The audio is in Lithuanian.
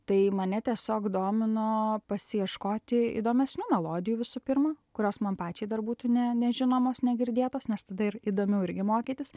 tai mane tiesiog domino pasieškoti įdomesnių melodijų visų pirma kurios man pačiai dar būtų ne nežinomos negirdėtos nes tada ir įdomiau irgi mokytis